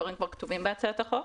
הדברים כבר כתובים בהצעת החוק.